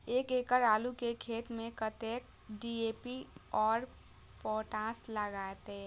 एक एकड़ आलू के खेत में कतेक डी.ए.पी और पोटाश लागते?